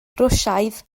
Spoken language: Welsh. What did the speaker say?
rwsiaidd